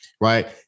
Right